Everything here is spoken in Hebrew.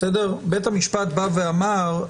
בית המשפט בא ואמר,